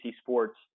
sports